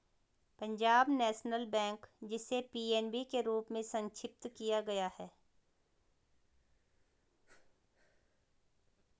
Punjab National Bank, जिसे PNB के रूप में संक्षिप्त किया गया है